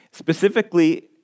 Specifically